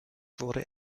wurde